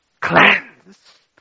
Cleansed